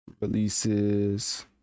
releases